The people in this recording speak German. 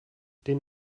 den